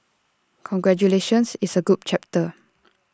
congratulations it's A good chapter